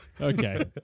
Okay